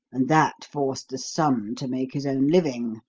and that forced the son to make his own living.